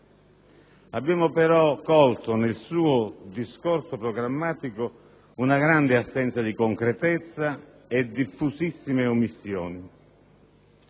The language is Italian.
abbiamo però colto, nel suo discorso programmatico, una grande assenza di concretezza e diffusissime omissioni.